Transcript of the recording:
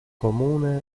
comune